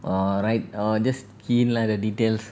or right or just key in lah the details